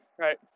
right